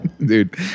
dude